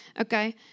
Okay